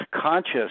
conscious